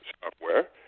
software